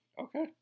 Okay